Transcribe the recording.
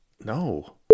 No